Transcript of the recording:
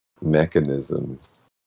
mechanisms